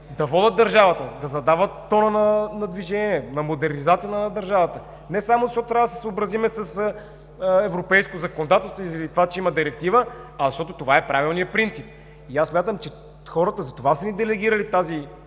да водят държавата и да задават тона на движение, на модернизация на държавата, не само защото трябва да се съобразим с европейското законодателство и заради това, че има директива, а защото това е правилният принцип. Смятам, че хората затова са ни делегирали тази